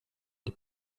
les